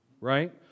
right